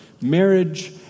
marriage